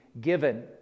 given